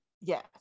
Yes